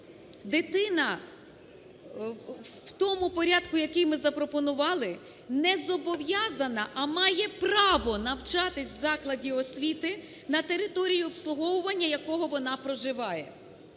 дитина в тому порядку, який ми запропонували, не зобов'язана, а має право навчатись в закладі освіти на території обслуговування, якого вона проживає.